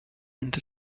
into